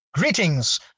Greetings